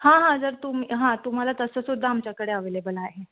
हां हां जर तुम्ही हां तुम्हाला तसंसुद्धा आमच्याकडे अवेलेबल आहे